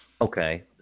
okay